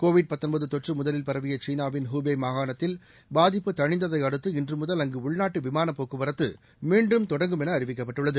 Covid தொற்று முதலில் பரவிய சீனாவின் ஹுபே மாகாணத்தில் பாதிப்பு தனிந்ததை அடுத்து இன்று முதல் அங்கு உள்நாட்டு விமானப் போக்குவரத்து மீண்டும் தொடங்குமௌ அறிவிக்கப்பட்டுள்ளது